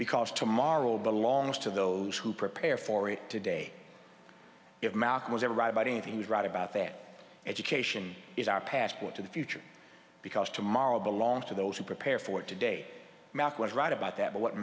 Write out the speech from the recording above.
because tomorrow belongs to those who prepare for it today if malcolm was everybody and he was right about that education is our passport to the future because tomorrow belongs to those who prepare for it today mack was right about that but what